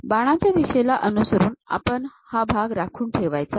बाणाच्या दिशेला अनुसरून आपणास हा भाग राखून ठेवायचा आहे